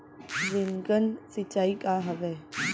Rain gun सिंचाई का हवय?